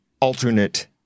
alternate